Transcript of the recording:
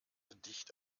dicht